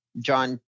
John